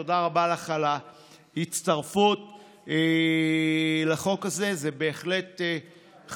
תודה רבה לך על ההצטרפות לחוק הזה, זה בהחלט חשוב.